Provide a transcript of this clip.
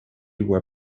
were